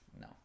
No